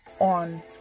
on